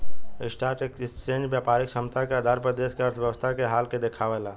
stock exchange व्यापारिक क्षमता के आधार पर देश के अर्थव्यवस्था के हाल के देखावेला